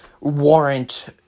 warrant